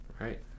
Right